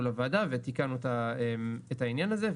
אז באוגוסט בשנה שעברה באנו לוועדה ותיקנו את העניין הזה,